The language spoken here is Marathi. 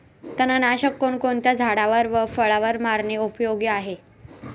तणनाशक कोणकोणत्या झाडावर व फळावर मारणे उपयोगी आहे?